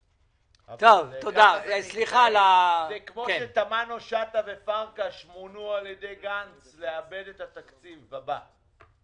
כמו שתמנו שטה ופרקש מונו על ידי גנץ לעבד את התקציב הבא,